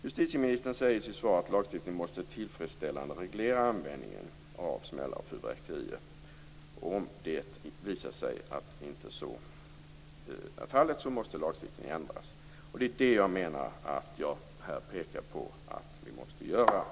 Justitieministern säger i sitt svar att lagstiftningen måste tillfredsställande reglera användningen av smällare och fyrverkerier. Om det visar sig att så inte är fallet måste lagstiftningen ändras. Jag pekar här på att vi måste göra så.